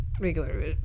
regular